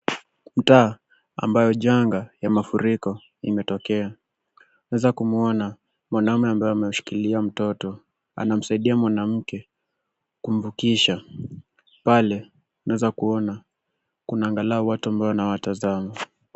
Mtaa ambayo janga ya mafuriko imetokea. Naweza kumwona mwanaume ambaye amemshikilia mtoto, anamsaidia mwanamke kumvukisha. Pale, naweza kuona kuna angalau watu ambao wanawatazama.